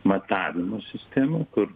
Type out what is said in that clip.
matavimo sistema kur